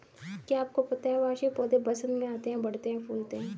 क्या आपको पता है वार्षिक पौधे वसंत में आते हैं, बढ़ते हैं, फूलते हैं?